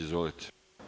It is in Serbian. Izvolite.